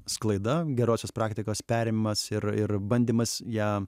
sklaida gerosios praktikos perėmimas ir ir bandymas ją